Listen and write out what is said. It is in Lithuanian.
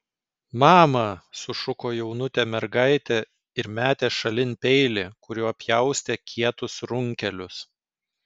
mama sušuko jaunutė mergaitė ir metė šalin peilį kuriuo pjaustė kietus runkelius